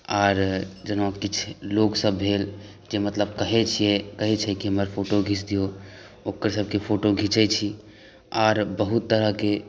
आर जेना किछु लोकसब भेल जे मतलब कहै छियै कहै छै कि हमर फोटो घीच दियौ ओकर सबके फोटो घिचै छी आर बहुत तरहके